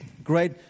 Great